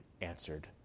answered